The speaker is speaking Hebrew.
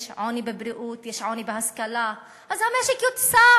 יש עוני בבריאות, יש עוני בהשכלה, אז המשק יוצף.